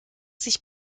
sich